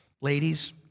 Ladies